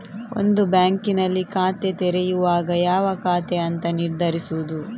ಒಂದು ಬ್ಯಾಂಕಿನಲ್ಲಿ ಖಾತೆ ತೆರೆಯುವಾಗ ಯಾವ ಖಾತೆ ಅಂತ ನಿರ್ಧರಿಸುದು